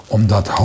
Omdat